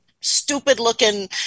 stupid-looking